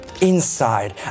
inside